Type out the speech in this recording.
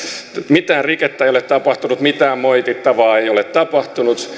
mitään rikettä ei ole tapahtunut mitään moitittavaa ei ole tapahtunut